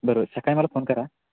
बरं सकाळी मला फोन करा